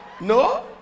no